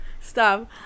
Stop